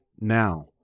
now